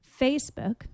Facebook